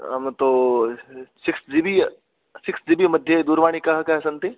अम तो six GB six GB मध्ये दूरवाण्यः काः काः सन्ति